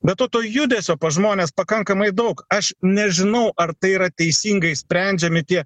be to to judesio pas žmones pakankamai daug aš nežinau ar tai yra teisingai sprendžiami tie